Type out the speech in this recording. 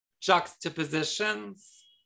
juxtapositions